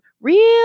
real